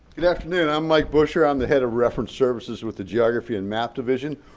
good afternoon, i'm mike buscher. i'm the head of reference services with the geography and map division.